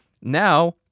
now